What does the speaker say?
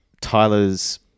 Tyler's